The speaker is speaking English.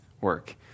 work